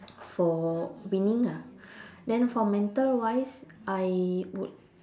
for winning ah then for mental wise I would